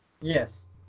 Yes